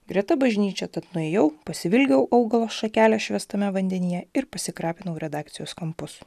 greta bažnyčia tad nuėjau pasivilgiau augalo šakelę švęstame vandenyje ir pasikrapinau redakcijos kampus